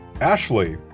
Ashley